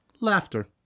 laughter